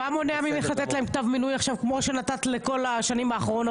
מה מונע ממך לתת להם כתב מינוי עכשיו כמו שנתת בכל השנים האחרונות,